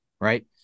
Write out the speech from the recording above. right